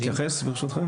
התמיכות כאן